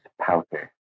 powder